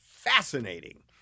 Fascinating